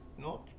no